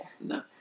No